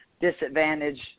disadvantage